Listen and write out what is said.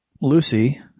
Lucy